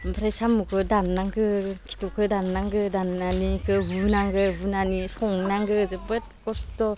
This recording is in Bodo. आमफ्राय सामुखो दान्नांगो खिथुखो दान्नांगो दान्नानि इखो बुनांगो बुनानि संनांगो जोबोद खस्थ'